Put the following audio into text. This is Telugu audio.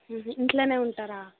ఇంట్లోనే ఉంటారా